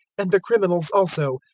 and the criminals also,